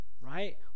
Right